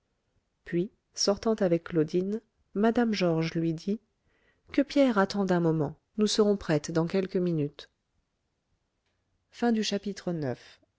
puis sortant avec claudine mme georges lui dit que pierre attende un moment nous serons prêtes dans quelques minutes